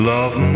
Love